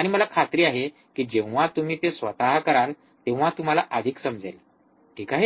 आणि मला खात्री आहे की जेव्हा तुम्ही ते स्वतः कराल तेव्हा तुम्हाला अधिक समजेल ठीक आहे